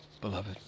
beloved